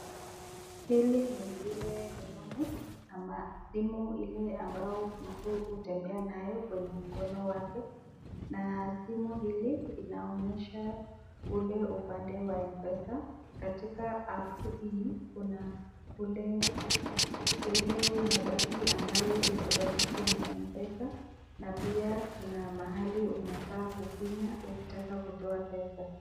Hili ni lile rununu, ama simu ile mtu hutembea nayo kwenye mkono wake. Na simu hili inaonyesha ule upande wa Mpesa na katika app hii kuna ile mabaki ambayo imebaki kwa Mpesa, na pia kuna mahali unafaa kufinya ukitaka kutoa pesa.